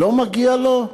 לא מגיע לו?